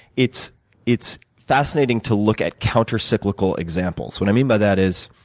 it's it's fascinating to look at countercyclical examples. what i mean by that is